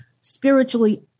spiritually